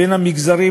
בין המגזרים,